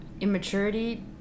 immaturity